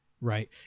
right